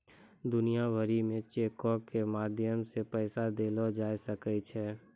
दुनिया भरि मे चेको के माध्यम से पैसा देलो जाय सकै छै